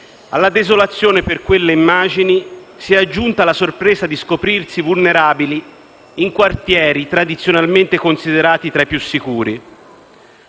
alla desolazione per quelle immagini si è aggiunta la sorpresa di scoprirsi vulnerabili in quartieri tradizionalmente considerati tra i più sicuri.